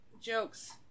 Jokes